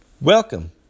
Welcome